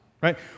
right